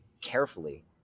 carefully